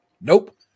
Nope